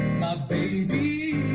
my baby